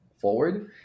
forward